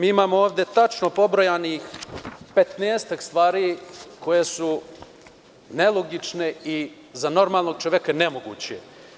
Imamo ovde tačno pobrojanih 15-ak stvari koje su nelogične i za normalnog čoveka nemoguće.